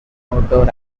outdoor